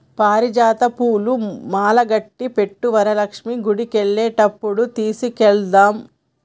పారిజాత పూలు మాలకట్టి పెట్టు వరలక్ష్మి గుడికెళ్లేటప్పుడు తీసుకెళదాము